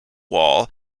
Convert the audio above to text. wall